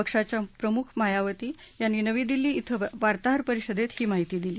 पक्षाच्या प्रमुख मायावती यांनी नवी दिल्ली इथं वार्ताहर परिषदेत ही माहिती दिली